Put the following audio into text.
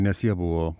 nes jie buvo